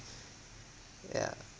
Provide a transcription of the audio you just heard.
yeah